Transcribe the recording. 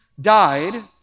died